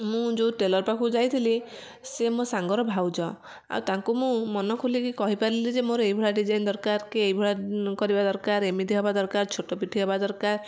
ମୁଁ ଯେଉଁ ଟେଲର୍ ପାଖକୁ ଯାଇଥିଲି ସିଏ ମୋ ସାଙ୍ଗ ର ଭାଉଜ ଆଉ ତାଙ୍କୁ ମୁଁ ମନ ଖୋଲିକି କହିପାରିଲି ଯେ ମୋର ଏଇଭଳିଆ ଡିଜାଇନ ଦରକାର କି ଏଇଭଳିଆ କରିବା ଦରକାର ଏମିତି ହବା ଦରକାର ଛୋଟ ପିଠି ହବା ଦରକାର